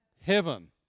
heaven